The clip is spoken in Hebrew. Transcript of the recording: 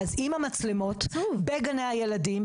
אז במצלמות בגני הילדים,